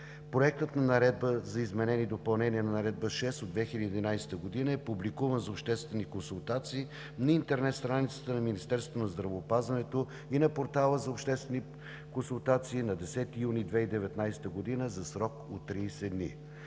Проектът на наредба за изменение и допълнение на Наредба № 6 от 2011 г. е публикуван за обществени консултации на интернет страницата на Министерството на здравеопазването и на Портала за обществени консултации на 10 юни 2019 г. за срок от 30 дни.